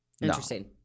Interesting